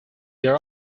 their